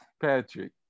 Patrick